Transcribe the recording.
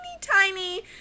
tiny